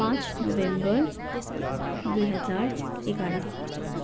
पाँच नोभेम्बर दुई हजार एघार